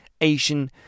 Asian